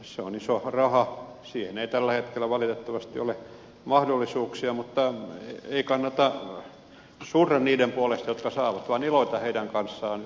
se on iso raha siihen ei tällä hetkellä valitettavasti ole mahdollisuuksia mutta ei kannata surra niiden puolesta jotka saavat vaan iloita heidän kanssaan jotka saavat nyt